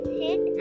hit